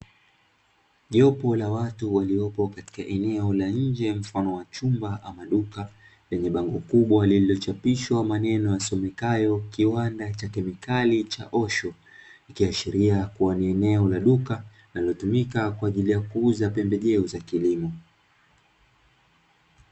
Jopo la watu waliopo katika eneo la nje mfano wa chumba ama duka lenye bango kubwa lililochapishwa maneno yasomekayo, "Kiwanda cha kemikali cha Oshi", ikiashiria kuwa ni eneo la duka linalotumika kwa ajili ya kuuza pembejeo za kilimo.